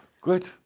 Good